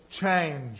change